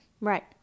Right